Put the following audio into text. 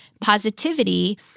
positivity